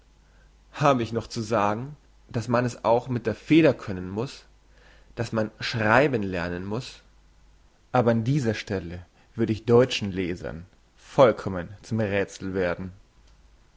habe ich noch zu sagen dass man es auch mit der feder können muss dass man schreiben lernen muss aber an dieser stelle würde ich deutschen lesern vollkommen zum räthsel werden